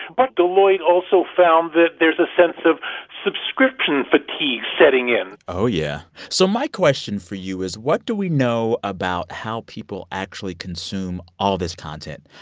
but deloitte also found that there's a sense of subscription fatigue setting in oh, yeah. so my question for you is, what do we know about how people actually consume all this content?